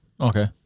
Okay